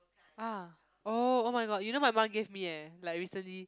ah oh oh-my-god you know my mum gave me eh like recently